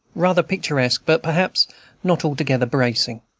rather picturesque, but perhaps not altogether bracing.